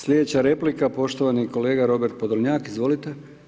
Sljedeća replika poštovani kolega Robert Podolnjak, izvolite.